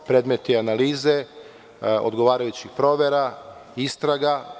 Predmet je analize, odgovarajućih provera, istraga.